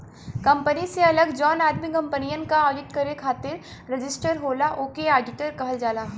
company से अलग जौन आदमी कंपनियन क आडिट करे खातिर रजिस्टर होला ओके आडिटर कहल जाला